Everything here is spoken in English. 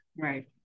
right